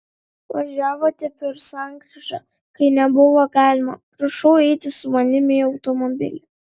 važiavote per sankryžą kai nebuvo galima prašau eiti su manimi į automobilį